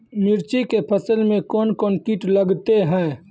मिर्ची के फसल मे कौन कौन कीट लगते हैं?